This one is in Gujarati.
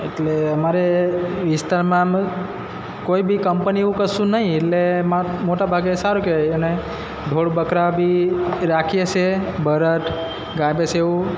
એટલે અમારે વિસ્તારમાં આમ કોઈ બી કંપની એવું કશું નહીં એટલે એમાં મોટા ભાગે સારું કહેવાય અને ઢોર બકરા બી રાખીએ છીએ બળદ ગાય ભેંસ એવું